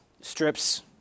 strips